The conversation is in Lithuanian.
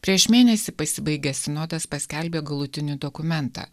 prieš mėnesį pasibaigęs sinodas paskelbė galutinį dokumentą